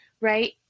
right